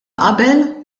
qabel